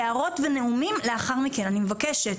אני חושבת